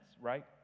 right